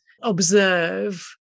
observe